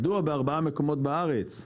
מדוע בארבעה מקומות בארץ,